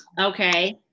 Okay